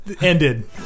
ended